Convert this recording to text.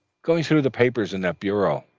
going through the papers in that bureau.